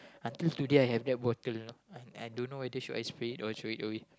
until today I I have that bottle I don't know whether should I spray it or throw it away